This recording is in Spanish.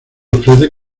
ofrece